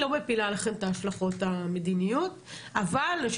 אבל אולי